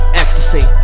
ecstasy